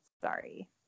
Sorry